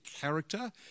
character